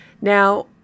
Now